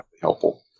helpful